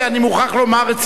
רציני ביותר.